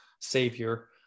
savior